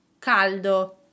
caldo